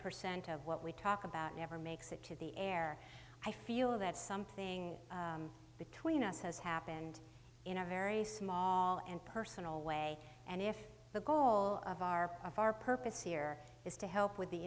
percent of what we talk about never makes it to the air i feel that something between us has happened in a very small and personal way and if the goal of our of our purpose here is to help with the